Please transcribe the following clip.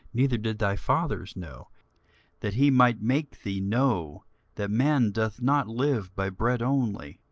neither did thy fathers know that he might make thee know that man doth not live by bread only,